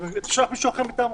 אתה שולח מישהו אחר מטעמך.